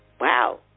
Wow